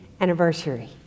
anniversary